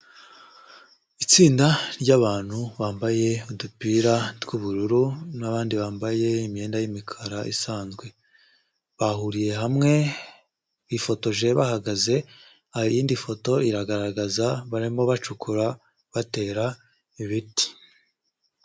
Itsinda ry'abantu bambaye udupira tw'ubururu n'abandi bambaye imyenda y'imikara isanzwe bahuriye hamwe bifotoje bahagaze iyindi foto iragaragaza barimo bacukura batera ibiti.